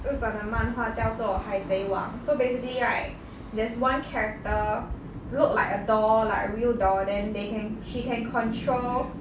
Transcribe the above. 日本的漫画叫做海贼王 so basically right there's one character look like a doll like a real doll then they can she can control